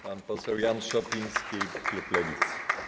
Pan poseł Jan Szopiński, klub Lewicy.